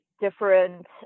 different